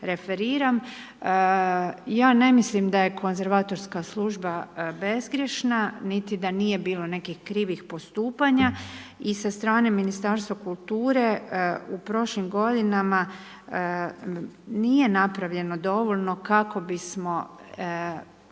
Ja ne mislim da je konzervatorska služba bezgrješna niti da nije bilo nekih krivih postupanja. I sa strane Ministarstva kulture u prošlim godinama nije napravljeno dovoljno kako bismo